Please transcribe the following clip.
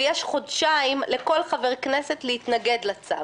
ויש חודשיים לכל חבר כנסת להתנגד לצו.